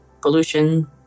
pollution